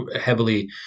heavily